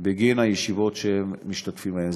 בגין הישיבות שהם משתתפים בהן.